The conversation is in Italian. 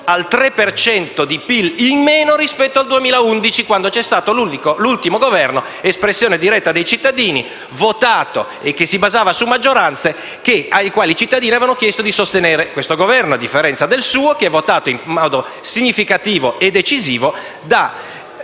al 3 per cento di PIL in meno rispetto al 2011, quando c'è stato l'ultimo Governo espressione diretta dei cittadini, l'ultimo votato e che si basava su maggioranze alle quali i cittadini avevano chiesto di sostenere questo Governo, a differenza del suo che è votato in modo significativo e decisivo da